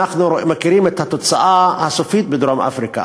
אנחנו מכירים את התוצאה הסופית בדרום-אפריקה,